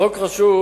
החוק חשוב,